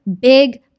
big